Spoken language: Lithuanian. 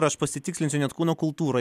aš pasitikslinsiu net kūno kultūra